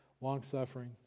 long-suffering